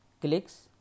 clicks